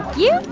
you.